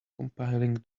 compiling